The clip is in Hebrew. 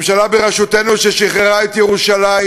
ממשלה בראשותנו ששחררה את ירושלים.